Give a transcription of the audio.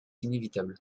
inévitable